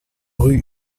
rue